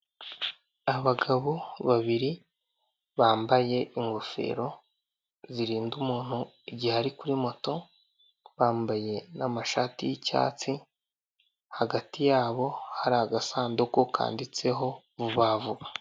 Abagabo babiri bambaye ingofero zirinda umuntu igihe ari kuri moto bambaye n'amashati y'icyatsi hagati yabo hari agasanduku kanditseho vubavuba.